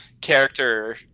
character